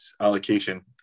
allocation